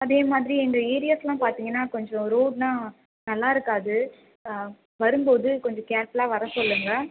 அதேமாதிரி இந்த ஏரியாஸ்லாம் பார்த்தீங்கன்னா கொஞ்சம் ரோட்லாம் நல்லாருக்காது வரும்போது கொஞ்சம் கேர்ஃபுல்லா வர சொல்லுங்கள்